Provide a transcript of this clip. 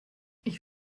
ich